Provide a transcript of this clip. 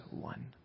one